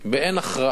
באין הכרעה,